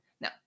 No